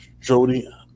Jody